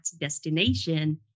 destination